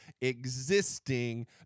existing